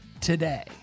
today